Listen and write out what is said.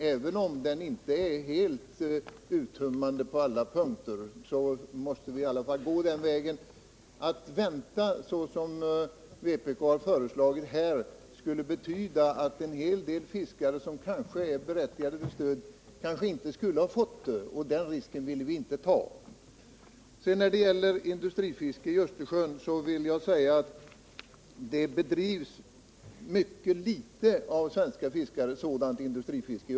Även om denna inte är helt uttömmande på alla punkter, så ansåg vi oss nödsakade att gå den vägen. Att låta frågan anstå. såsom vpk har föreslagit, skulle betyda att en hel del fiskare som kanske är berättigade till stöd inte skulle ha fått ett sådant, och den risken ville vi inte ta. Beträffande frågan om industrifiske i Östersjön vill jag säga att svenska fiskare bedriver sådant i mycket liten omfattning.